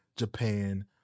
japan